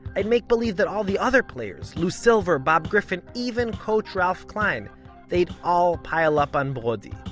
i'd make believe that all the other players lou silver, bob griffin, even coach ralph klein they'd all pile up on brody.